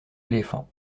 éléphants